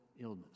illness